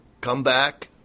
comeback